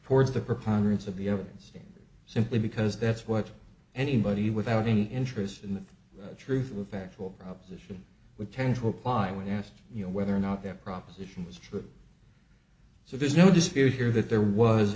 towards the preponderance of the evidence simply because that's what anybody without any interest in the truth would back or proposition would tend to apply when asked you know whether or not that proposition is true so there's no dispute here that there was